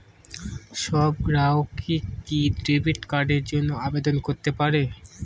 সব গ্রাহকই কি ডেবিট কার্ডের জন্য আবেদন করতে পারে?